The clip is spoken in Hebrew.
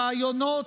רעיונות,